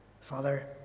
Father